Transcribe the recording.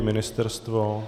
Ministerstvo?